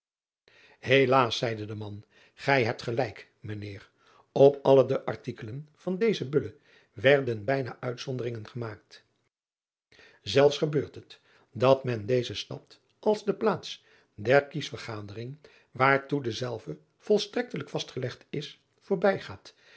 elaas zeide de man gij hebt gelijk mijn eer p alle de artikelen van deze ulle werden bijna uitzonderingen gemaakt elfs gebeurt het dat men deze stad als de plaats der kiesvergadering waartoe dezelve volstrektelijk vastgesteld is voorbijgaat